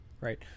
right